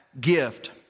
gift